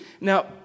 Now